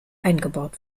eingebaut